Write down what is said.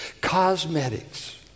Cosmetics